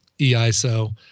EISO